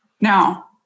Now